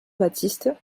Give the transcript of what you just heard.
baptiste